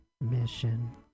mission